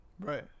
Right